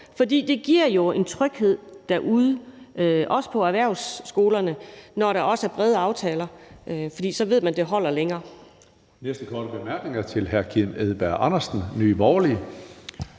for det giver jo en tryghed derude, også på erhvervsskolerne, når der indgås brede aftaler, for så ved man, at det holder længere.